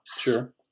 sure